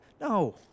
No